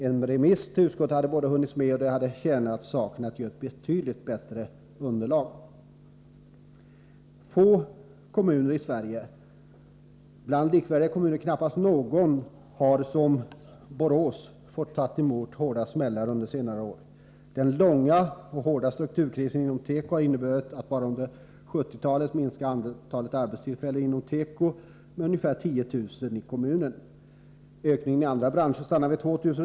En remiss till arbetsmarknadsutskottet hade både hunnits med och tjänat saken med att ge ett betydligt bättre underlag. Få kommuner i Sverige — bland likvärdiga kommuner knappast någon — har som Borås fått ta emot hårda ”smällar” under senare år. Den långa och hårda strukturkrisen inom teko har inneburit att antalet arbetstillfällen inom tekoindustrin bara under 1970-talet minskat med ungefär 10 000 i kommunen. Ökningen i andra branscher stannade vid 2 000.